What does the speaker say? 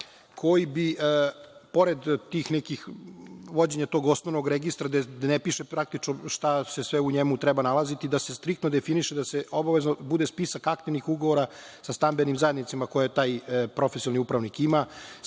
koji bi, pored vođenja tog osnovnog registra, gde ne piše praktično šta se sve u njemu treba nalaziti, da se striktno definiše da obavezno bude spisak aktivnih ugovora sa stambenim zajednicama koje taj profesionalni upravnik ima,